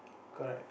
correct